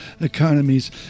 economies